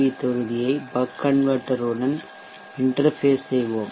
we தொகுதியை buck converter உடன் interface செய்வோம்